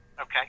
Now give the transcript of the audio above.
okay